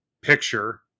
picture